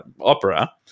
opera